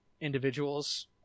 individuals